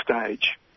stage